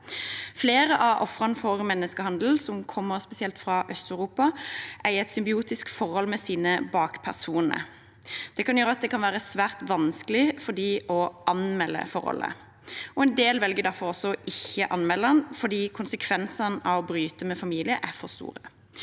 Flere av ofrene for menneskehandel, som kommer spesielt fra Øst-Europa, er i et symbiotisk forhold med sine bakpersoner. Det kan gjøre det svært vanskelig for dem å anmelde forholdet. En del velger derfor å ikke anmelde, fordi konsekvensene av å bryte med familien er for store.